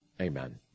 Amen